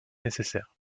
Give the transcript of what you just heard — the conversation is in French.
nécessaires